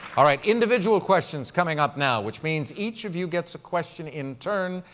all right, individual questions coming up now, which means each of you gets a question. in turn,